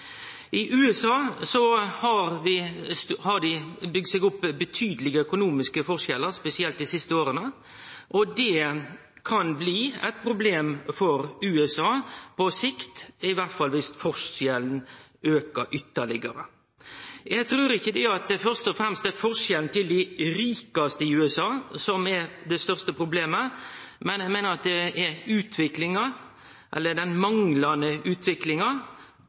I USA har dei bygd seg opp betydelege økonomiske forskjellar, spesielt dei siste åra, og det kan bli eit problem for USA på sikt, iallfall viss forskjellane aukar ytterlegare. Eg trur ikkje det at det først og fremst er forskjellen til dei rikaste i USA som er det største problemet, men eg meiner at det er utviklinga – eller den manglande utviklinga